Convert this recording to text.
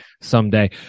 someday